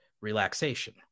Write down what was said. relaxation